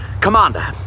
Commander